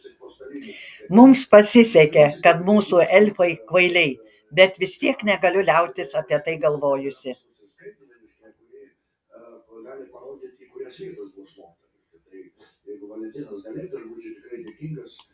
mums pasisekė kad mūsų elfai kvailiai bet vis tiek negaliu liautis apie tai galvojusi